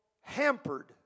hampered